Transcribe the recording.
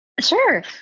Sure